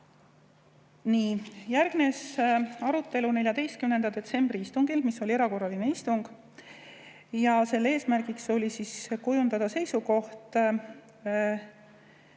järgnes 14. detsembri istungil, mis oli erakorraline istung. Selle eesmärk oli kujundada seisukoht